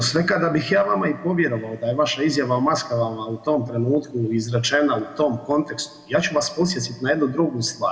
No, sve kada bih ja vama i povjerovao da je vaša izjava o maskama u tom trenutku izrečena u tom kontekstu, ja ću vas podsjetiti na jednu drugu stvar.